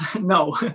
no